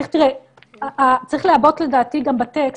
תראה, צריך לעבות, לדעתי, גם בטקסט.